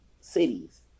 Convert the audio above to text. cities